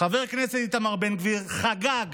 חבר הכנסת איתמר בן גביר חגג,